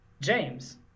James